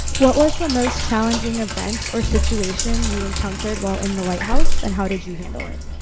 what was the most challenging event or situation you encountered while in the white house and how did you handle it?